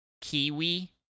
kiwi